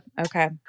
Okay